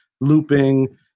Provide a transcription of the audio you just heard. looping